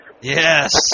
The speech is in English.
Yes